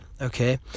Okay